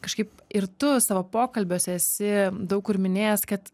kažkaip ir tu savo pokalbiuose esi daug kur minėjęs kad